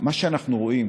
מה שאנחנו רואים,